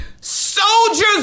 soldiers